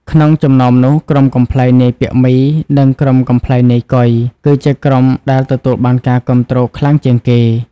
ក្នុងចំណោមនោះ ក្រុមកំប្លែងនាយពាក់មី និងក្រុមកំប្លែងនាយកុយ គឺជាក្រុមដែលទទួលបានការគាំទ្រខ្លាំងជាងគេ។